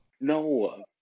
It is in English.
No